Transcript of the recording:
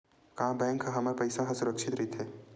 का बैंक म हमर पईसा ह सुरक्षित राइथे?